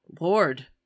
Lord